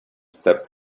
step